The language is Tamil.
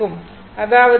அதாவது Im √ 2 0 o